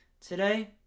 Today